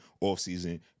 off-season